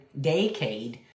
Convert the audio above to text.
decade